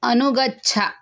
अनुगच्छ